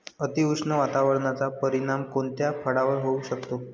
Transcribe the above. अतिउष्ण वातावरणाचा परिणाम कोणत्या फळावर होऊ शकतो?